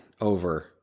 over